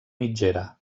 mitgera